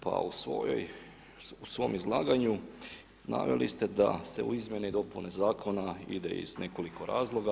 Pa u svom izlaganju naveli ste da se u izmjene i dopune zakona ide iz nekoliko razloga.